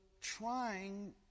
trying